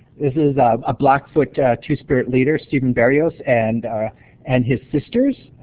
this is a blackfoot two-spirit leader steven barrios and and his sisters,